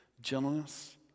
gentleness